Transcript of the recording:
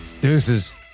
deuces